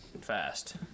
fast